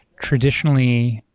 traditionally,